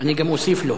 אני גם אוסיף לו.